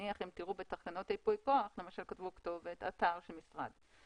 אם תראו בתקנות ייפוי כוח כתבו כתובת אתר של משרד.